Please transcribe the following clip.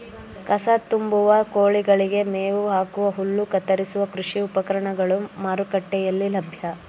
ಕಸ ತುಂಬುವ, ಕೋಳಿಗಳಿಗೆ ಮೇವು ಹಾಕುವ, ಹುಲ್ಲು ಕತ್ತರಿಸುವ ಕೃಷಿ ಉಪಕರಣಗಳು ಮಾರುಕಟ್ಟೆಯಲ್ಲಿ ಲಭ್ಯ